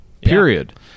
period